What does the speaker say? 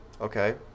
Okay